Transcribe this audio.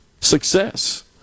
success